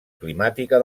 climàtica